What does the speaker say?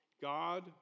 God